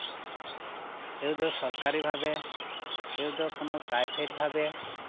ᱱᱤᱛᱚᱜ ᱫᱚ ᱥᱚᱨᱠᱟᱨᱤ ᱵᱷᱟᱵᱮ ᱱᱤᱛᱚᱜ ᱫᱚ ᱠᱳᱱᱳ ᱯᱨᱟᱭᱵᱷᱮᱪ ᱵᱷᱟᱵᱮ